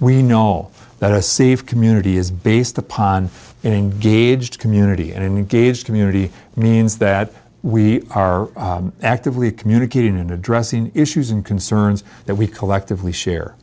we know that a safe community is based upon in gage community and engaged community means that we are actively communicating in addressing issues and concerns that we collectively share